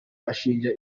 bashinja